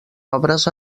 obres